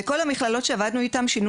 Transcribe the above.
בכל המכללות שעבדנו איתן שינו